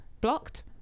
blocked